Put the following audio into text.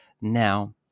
now